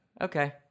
Okay